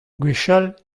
gwechall